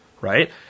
right